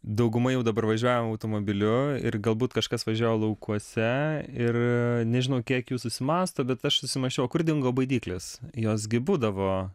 dauguma jau dabar važiuoja automobiliu ir galbūt kažkas važiuoja laukuose ir nežinau kiek jų susimąsto bet aš susimąsčiau o kur dingo baidyklės jos gi būdavo